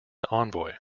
envoy